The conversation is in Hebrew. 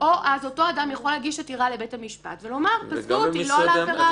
יכול להגיש עתירה לבית המשפט ולומר: פסלו אותי לא על העבירה הרלוונטית.